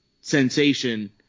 sensation